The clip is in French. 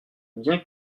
bien